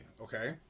okay